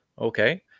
okay